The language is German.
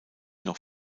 noch